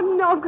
no